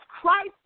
Christ